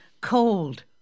cold